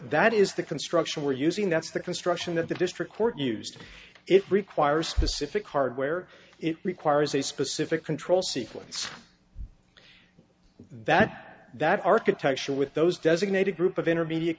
that is the construction we're using that's the construction that the district court used it requires specific hardware it requires a specific control sequence that that architecture with those designated group of intermediate